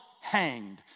hanged